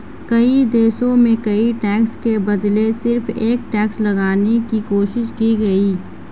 कई देशों में कई टैक्स के बदले सिर्फ एक टैक्स लगाने की कोशिश की गयी